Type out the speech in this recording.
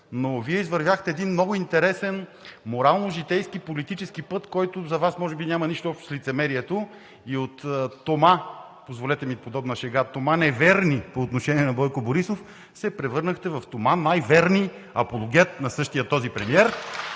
но Вие извървяхте един много интересен морално-житейски политически път, който за Вас, може би, няма нищо общо с лицемерието и от Тома, позволете ми подобна шега, Тома Неверни, по отношение на Бойко Борисов, се превърнахте в Тома – Най верни, апологет на същия този премиер